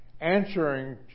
Answering